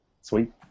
Sweet